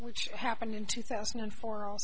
which happened in two thousand and four all